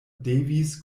devis